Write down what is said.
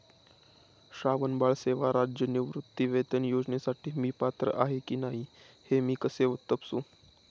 श्रावणबाळ सेवा राज्य निवृत्तीवेतन योजनेसाठी मी पात्र आहे की नाही हे मी कसे तपासू?